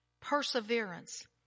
perseverance